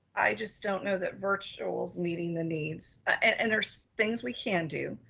i just don't know that virtual's meeting the needs and there's things we can do.